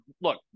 look